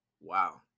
Wow